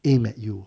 aim at you